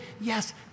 yes